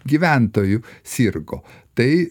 gyventojų sirgo tai